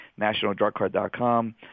nationaldrugcard.com